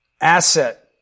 Asset